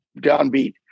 downbeat